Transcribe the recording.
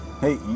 Hey